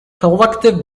collective